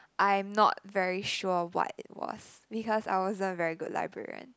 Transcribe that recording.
I'm not very sure what it was because I wasn't a very good librarian